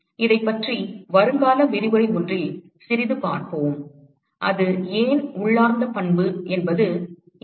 இதைப் பற்றி வருங்கால விரிவுரை ஒன்றில் சிறிது பார்ப்போம் அது ஏன் உள்ளார்ந்த பண்பு என்பது இங்கே